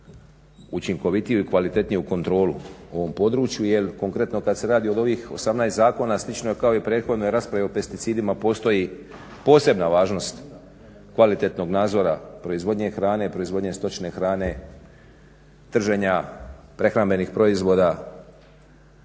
učinkovitiju i kvalitetniju kontrolu u ovom području jer konkretno kad se radi od ovih 18 zakona, slično je kao i u prethodnoj raspravi o pesticidima postoji posebna važnost kvalitetnog nadzora proizvodnje hrane, proizvodnje stočne hrane, trženja prehrambenih proizvoda,